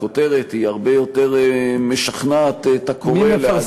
הכותרת הרבה יותר משכנעת את הקורא להגיב,